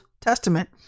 Testament